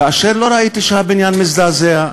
כאשר לא ראיתי שהבניין מזדעזע,